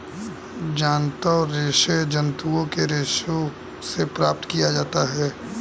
जांतव रेशे जंतुओं के रेशों से प्राप्त किया जाता है